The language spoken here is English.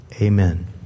amen